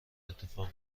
اتفاق